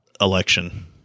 election